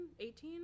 18